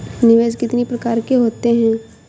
निवेश कितनी प्रकार के होते हैं?